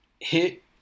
hit